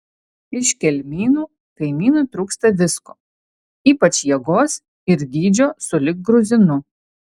iš kelmynų kaimynui trūksta visko ypač jėgos ir dydžio sulig gruzinu